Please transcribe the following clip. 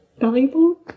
valuable